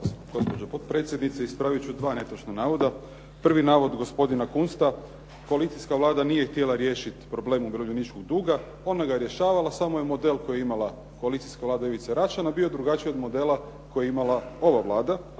gospođo potpredsjednice. Ispravit ću dva netočna navoda. Prvi navod gospodina Kunsta, koalicijska Vlada nije htjela riješiti problem umirovljeničkog duga. Ona ga ja rješavala, samo je model koji je imala koalicijska Vlada Ivice Račana bio drugačiji od modela koji je imala ova Vlada.